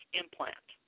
implant